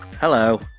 hello